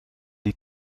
die